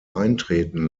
eintreten